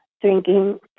drinking